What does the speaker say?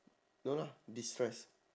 no lah destress